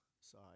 side